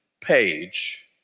page